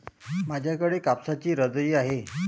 माझ्याकडे कापसाची रजाई आहे